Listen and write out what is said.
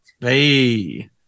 Hey